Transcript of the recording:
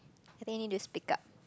I think need to speak up